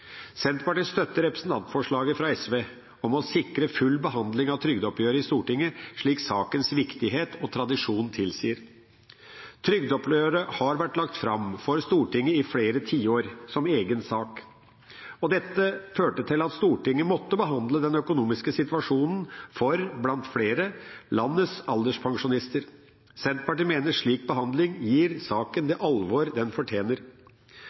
Senterpartiet støtter representantforslaget fra SV om å sikre full behandling av trygdeoppgjøret i Stortinget, slik sakens viktighet og tradisjon tilsier. Trygdeoppgjøret har vært lagt fram som egen sak for Stortinget i flere tiår. Dette førte til at Stortinget måtte behandle den økonomiske situasjonen for bl.a. landets alderspensjonister. Senterpartiet mener en slik behandling gir saken det alvor den fortjener.